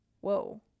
Whoa